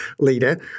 leader